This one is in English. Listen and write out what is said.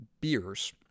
beers